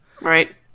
Right